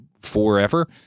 forever